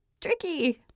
tricky